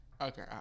okay